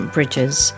Bridges